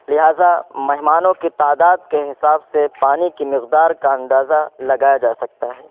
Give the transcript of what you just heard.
لہٰذا مہمانوں کی تعداد کے حساب سے پانی کی مقدار کا اندازہ لگایا جا سکتا ہے